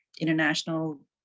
international